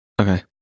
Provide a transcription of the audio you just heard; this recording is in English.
Okay